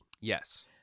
Yes